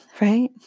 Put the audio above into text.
right